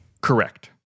Correct